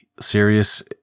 serious